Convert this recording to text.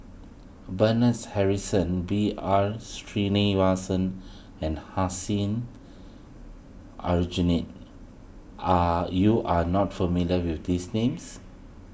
Bernard Harrison B R Sreenivasan and Hussein Aljunied are you are not familiar with these names